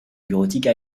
bureautique